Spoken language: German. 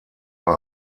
bei